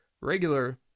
Regular